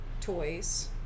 toys